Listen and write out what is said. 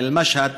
אל-משהד.